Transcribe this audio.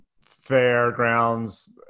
fairgrounds